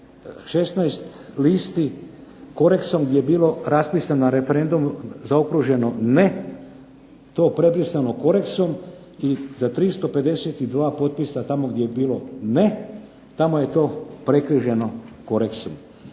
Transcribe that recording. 16 listi koreksom je bilo raspisan referendum zaokruženo NE to prebrisano koreksom i 352 potpisa gdje je bilo NE tamo je to prekriženo koreksom.